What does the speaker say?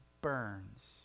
burns